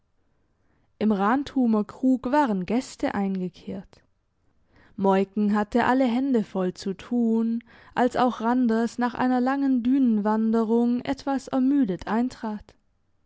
im rantumer krug waren gäste eingekehrt moiken hatte alle hände voll zu tun als auch randers nach einer langen dünenwanderung etwas ermüdet eintrat